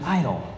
idol